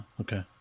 okay